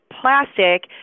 plastic